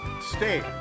State